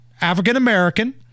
African-American